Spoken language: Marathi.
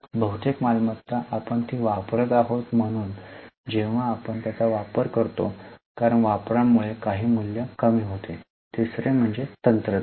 बहुतेक मालमत्ता आपण ती वापरत आहोत म्हणून जेव्हा आपण त्यांचा वापर करतो कारण वापरामुळे काही मूल्य कमी होते तिसरे म्हणजे तंत्रज्ञान